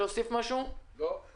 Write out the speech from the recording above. חשוב מאוד